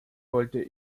wollte